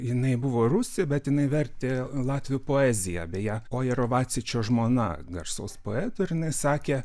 jinai buvo rusė bet jinai vertė latvių poeziją beje ojero vacičio žmona garsaus poeto ir jinai sakė